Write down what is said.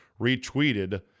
retweeted